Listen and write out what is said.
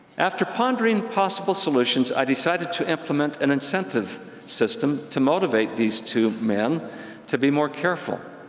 after pondering possible solutions, i decided to implement an incentive system to motivate these two men to be more careful.